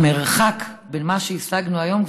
המרחק בינו ובין בין מה שהשגנו היום,